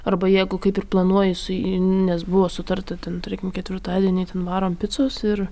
arba jeigu kaip ir planuoji su nes buvo sutarta ten tarkim ketvirtadienį ten varom picos ir